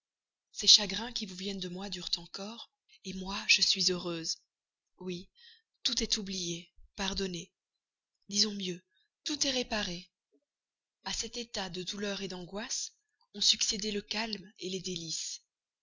ces chagrins qui vous viennent de moi durent encore moi je suis heureuse oui tout est oublié pardonné disons mieux tout est réparé a cet état de douleur d'angoisse ont succédé le calme les délices